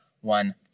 one